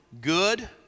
good